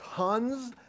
Tons